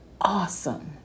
awesome